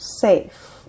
safe